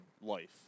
life